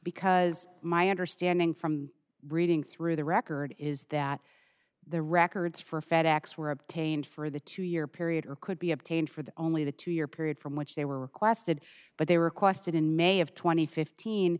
because my understanding from reading through the record is that the records for fed ex were obtained for the two year period or could be obtained for the only the two year period from which they were requested but they were requested in may of tw